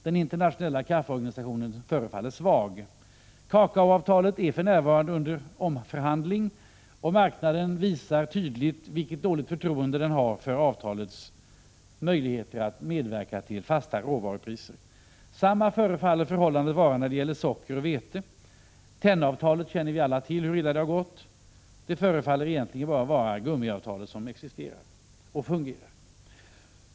Den internationella kaffeorganisationen förefaller svag. Kakaoavtalet är för närvarande under omförhandling, och marknaden visar tydligt vilket dåligt förtroende den har för avtalets möjligheter att medverka till fasta råvarupriser. På samma sätt förefaller förhållandet vara med socker och vete. Vi känner alla till hur illa det har gått med tennavtalet. Det förefaller egentligen bara vara gummiavtalet som existerar och fungerar.